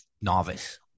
novice